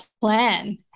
plan